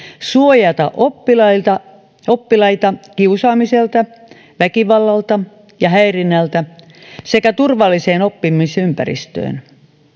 suojata oppilaita oppilaita kiusaamiselta väkivallalta ja häirinnältä sekä turvalliseen oppimisympäristöön